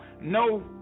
no